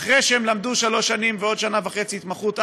אחרי שהם למדו שלוש שנים ועוד שנה וחצי התמחות,